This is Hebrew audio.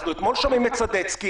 אנחנו אתמול שמענו את סדצקי.